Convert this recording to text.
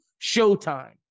Showtime